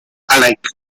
alike